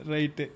Right